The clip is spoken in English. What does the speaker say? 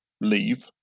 leave